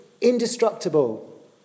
indestructible